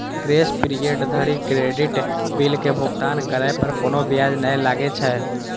grace period धरि credit bill के भुगतान करै पर कोनो ब्याज नै लागै छै